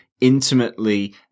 intimately